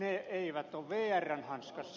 ne eivät ole vrn hanskassa